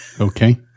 okay